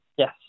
Yes